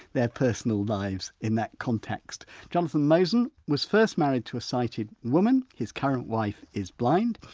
their personal lives in that context. jonathan mosen was first married to a sighted woman, his current wife is blind.